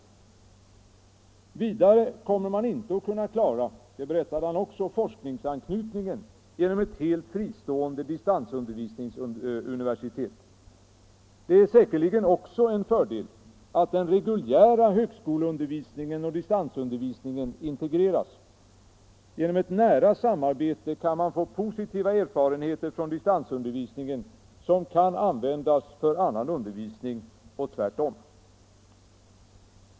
Vidare kommer man inte att kunna klara, sade han också, forskningsanknytningen genom ett helt fristående distansundervisningsuniversitet. Det är säkerligen också en fördel att den reguljära högskoleundervis ningen och distansundervisningen integreras. Genom ett nära samarbete kan man få positiva erfarenheter från distansundervisningen, som kan användas för annan undervisning och tvärtom.